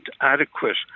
adequate